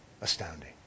astounding